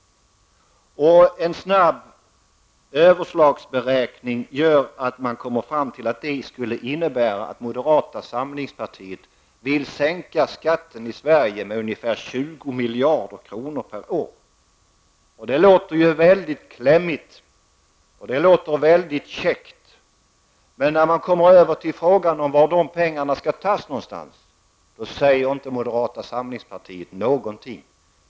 Med en snabb överslagsberäkning kommer man fram till att det skulle innebära att moderata samlingspartiet vill sänka skatten i Sverige med ungefär 20 miljarder kronor per år. Det låter väldigt klämmigt och väldigt käckt. Men när man kommer över till frågan om var de pengarna skall tas, säger inte moderata samlingspartiet någonting.